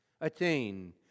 attain